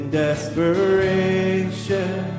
desperation